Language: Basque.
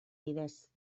bidez